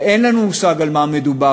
ואין לנו מושג על מה מדובר,